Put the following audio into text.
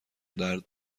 درد